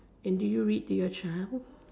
and do you read to your child